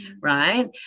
right